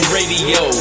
Radio